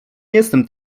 jestem